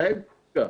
רגע.